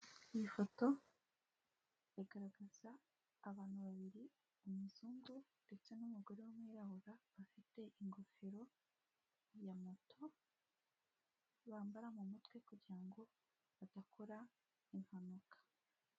Iyi foto igaragaza abantu babiri, umuzungu ndetse n'umugore w'umwirabura bafite ingofero za moto bambara mumutwe kugira ngo badakora impanuka.